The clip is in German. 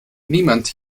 niemand